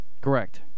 Correct